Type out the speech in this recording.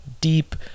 deep